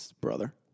Brother